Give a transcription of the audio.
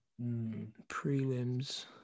prelims